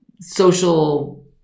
social